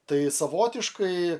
tai savotiškai